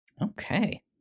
Okay